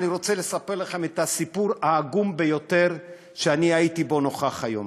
אני רוצה לספר לכם את הסיפור העגום ביותר שנכחתי בו היום.